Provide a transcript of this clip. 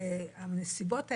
הנסיבות האלה,